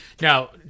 Now